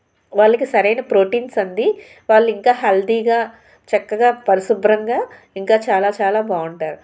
వాళ్లకి సరైన ప్రోటీన్స్ అంది వాళ్ళు ఇంకా హెల్తీగా చక్కగా పరిశుభ్రంగా ఇంకా చాలా చాలా బాగుంటారు